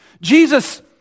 Jesus